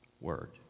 word